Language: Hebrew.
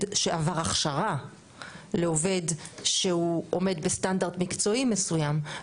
שעבר הכשרה לעובד שהוא עומד בסטנדרט מקצועי מסוים.